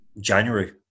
January